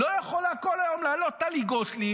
לא יכולה בכל יום לעלות טלי גוטליב,